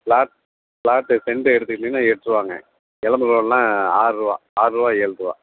plot plot cent எடுத்துக்கிட்டீங்கன்னால் எட்ரூபாங்க எளம்பலூர்லாம் ஆரூபா ஆரூபா ஏழுரூபா